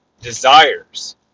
desires